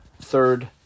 third